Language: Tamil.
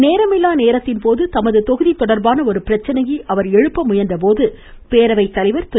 நேரமில்லா நேரத்தின்போது தமது தொகுதி தொடர்பான ஒரு பிரச்சனையை அவர் எழுப்ப முயன்றபோது பேரவை தலைவர் திரு